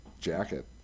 jacket